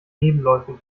nebenläufig